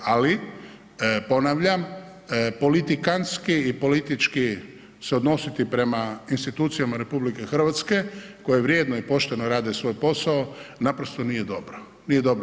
Ali, ponavljam, politikanski i politički se odnositi prema institucijama RH koje vrijedno i pošteno rade svoj posao, naprosto nije dobro, nije dobro.